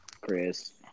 Chris